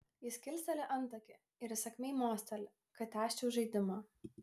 jis kilsteli antakį ir įsakmiai mosteli kad tęsčiau žaidimą